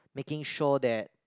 making sure that